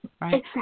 Right